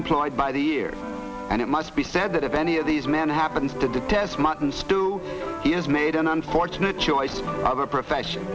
employed by the year and it must be said that if any of these men happens to detest mutton stew he is made an unfortunate choice of a profession